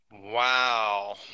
Wow